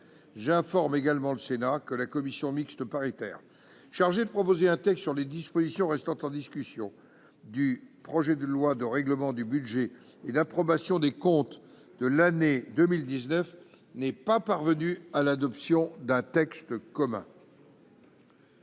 J'informe également le Sénat que la commission mixte paritaire chargée de proposer un texte sur les dispositions restant en discussion du projet de loi de règlement du budget et d'approbation des comptes de l'année 2019 n'est pas parvenue à l'adoption d'un texte commun.